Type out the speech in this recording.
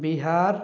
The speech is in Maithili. बिहार